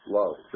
love